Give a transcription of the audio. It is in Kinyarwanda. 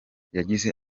yagize